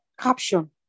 Caption